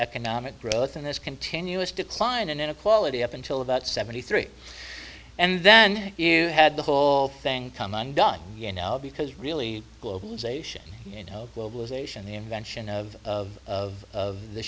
economic growth in this continuous decline in inequality up until about seventy three and then you had the whole thing come undone because really globalization globalization the invention of of of